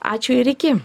ačiū ir iki